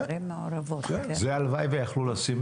זה, הלוואי שיכלו לשים